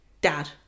Dad